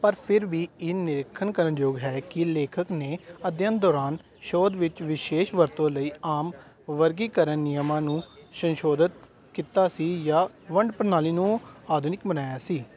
ਪਰ ਫਿਰ ਵੀ ਇਹ ਨਿਰੀਖਣ ਕਰਨ ਯੋਗ ਹੈ ਕਿ ਲੇਖਕ ਨੇ ਅਧਿਐਨ ਦੌਰਾਨ ਸ਼ੋਧ ਵਿੱਚ ਵਿਸ਼ੇਸ਼ ਵਰਤੋਂ ਲਈ ਆਮ ਵਰਗੀਕਰਣ ਨਿਯਮਾਂ ਨੂੰ ਸੰਸ਼ੋਧਤ ਕੀਤਾ ਸੀ ਜਾਂ ਵੰਡ ਪ੍ਰਣਾਲੀ ਨੂੰ ਆਧੁਨਿਕ ਬਣਾਇਆ ਸੀ